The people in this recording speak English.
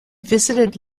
visited